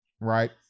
Right